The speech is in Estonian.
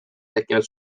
tekkinud